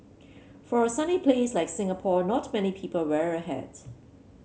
for a sunny place like Singapore not many people wear a hat